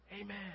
amen